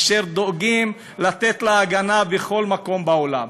אשר דואגים לתת לה הגנה בכל מקום בעולם.